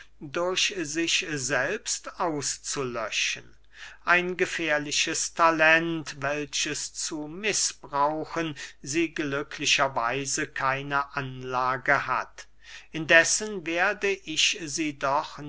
durch sich selbst auszulöschen ein gefährliches talent welches zu mißbrauchen sie glücklicher weise keine anlage hat indessen werde ich sie doch